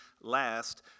last